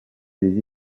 des